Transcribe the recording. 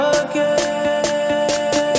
again